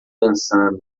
dançando